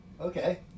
Okay